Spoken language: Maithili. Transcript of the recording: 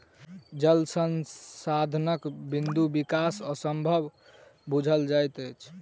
जल संसाधनक बिनु विकास असंभव बुझना जाइत अछि